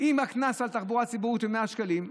אם הקנס על תחבורה ציבורית הוא 100 שקלים,